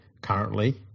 currently